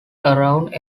around